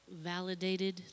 validated